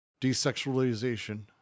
Desexualization